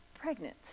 pregnant